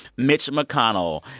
mitch mcconnell,